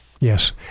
Yes